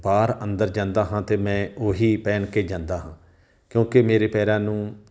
ਬਾਹਰ ਅੰਦਰ ਜਾਂਦਾ ਹਾਂ ਤਾਂ ਮੈਂ ਉਹੀ ਪਹਿਨ ਕੇ ਜਾਂਦਾ ਹਾਂ ਕਿਉਂਕਿ ਮੇਰੇ ਪੈਰਾਂ ਨੂੰ